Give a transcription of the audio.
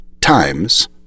times